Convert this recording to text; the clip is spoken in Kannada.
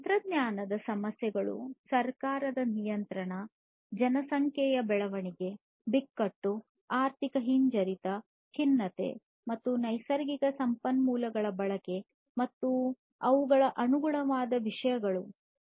ತಂತ್ರಜ್ಞಾನದ ಸಮಸ್ಯೆಗಳು ಸರ್ಕಾರದ ನಿಯಂತ್ರಣ ಜನಸಂಖ್ಯೆಯ ಬೆಳವಣಿಗೆ ಬಿಕ್ಕಟ್ಟು ಆರ್ಥಿಕ ಹಿಂಜರಿತ ಖಿನ್ನತೆ ಮತ್ತು ನೈಸರ್ಗಿಕ ಸಂಪನ್ಮೂಲಗಳ ಬಳಕೆ ಮತ್ತು ಅವುಗಳು ಅನುಗುಣವಾದ ವಿಷಯಗಳಾಗಿವೆ